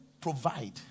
provide